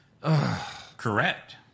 Correct